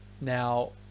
Now